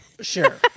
Sure